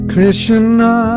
Krishna